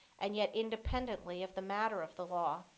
and yet independently of the matter of the law.